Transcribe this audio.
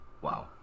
Wow